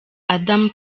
adama